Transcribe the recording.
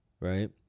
right